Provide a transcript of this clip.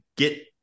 get